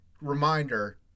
Reminder